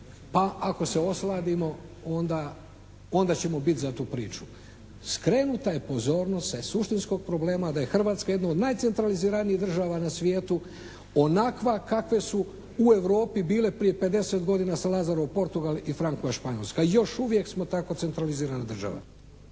pa ako se osladimo onda ćemo biti za tu priču. Skrenuta je pozornost sa suštinskog problema da je Hrvatska jedna od najcentraliziranijih država na svijetu onakva kakve su u Europi bile prije pedeset godina sa …/Govornik se ne razumije./… Portugal i …/Govornik se ne razumije./… Španjolska, još uvijek smo tako centralizirana država.